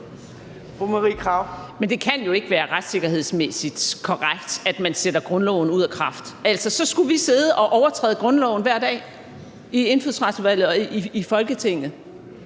Men det kan jo ikke være retssikkerhedsmæssigt korrekt, at man sætter grundloven ud af kraft. Så skulle vi sidde og overtræde grundloven hver dag i Indfødsretsudvalget og i Folketinget.